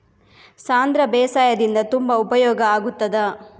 ಸಾಂಧ್ರ ಬೇಸಾಯದಿಂದ ತುಂಬಾ ಉಪಯೋಗ ಆಗುತ್ತದಾ?